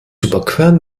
überqueren